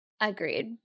Agreed